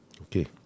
Okay